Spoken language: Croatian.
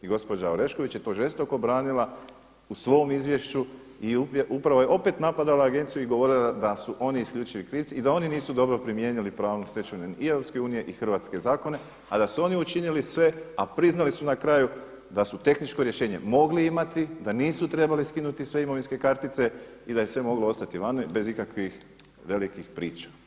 I gospođa Orešković je to žestoko branila u svom izvješću i upravo je opet napadala agenciju i govorila da su oni isključivi krivci i da oni nisu dobro primijenili pravnu stečevinu i EU i hrvatske zakone, a da su oni učinili sve, a priznali su na kraju da su tehničko rješenje mogli imati, da nisu trebali skinuti sve imovinske kartice i da je sve moglo ostati vani bez ikakvih velikih priča.